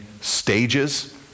stages